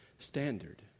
standard